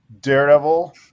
Daredevil